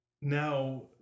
Now